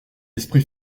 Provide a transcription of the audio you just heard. esprit